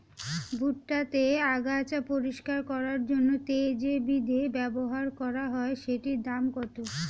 ভুট্টা তে আগাছা পরিষ্কার করার জন্য তে যে বিদে ব্যবহার করা হয় সেটির দাম কত?